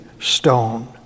stone